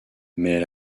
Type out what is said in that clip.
mais